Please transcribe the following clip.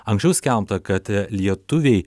anksčiau skelbta kad lietuviai